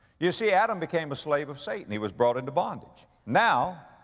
you see, adam became a slave of satan. he was brought into bondage. now,